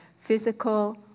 physical